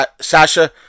Sasha